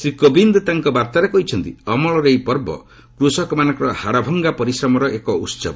ଶ୍ରୀ କୋବିନ୍ଦ୍ ତାଙ୍କ ବାର୍ତ୍ତାରେ କହିଛନ୍ତି ଅମଳର ଏହି ପର୍ବ କୃଷକମାନଙ୍କର ହାଡ଼ଭଙ୍ଗା ପରିଶ୍ରମର ଏକ ଉହବ